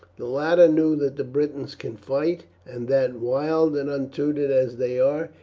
the latter knew that the britons can fight, and that, wild and untutored as they are,